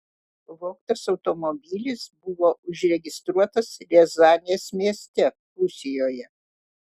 pavogtas automobilis buvo užregistruotas riazanės mieste rusijoje